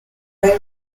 may